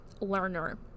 learner